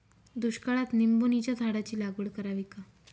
दुष्काळात निंबोणीच्या झाडाची लागवड करावी का?